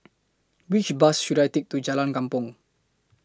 Which Bus should I Take to Jalan Kupang